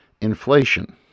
inflation